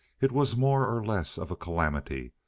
it was more or less of a calamity,